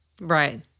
Right